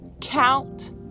count